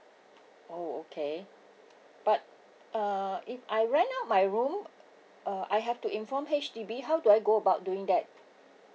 oh okay but uh if I rent out my room uh I have to inform H_D_B how do I go about doing that